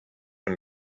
and